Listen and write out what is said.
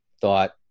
thought